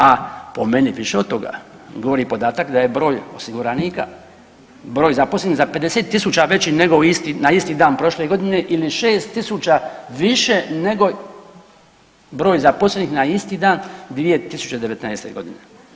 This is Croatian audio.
A po meni više od toga govori podatak da je broj osiguranika, broj zaposlenih za 50 tisuća veći nego na isti dan prošle godine ili 6 tisuća više nego broj zaposlenih na isti dan 2019. godine.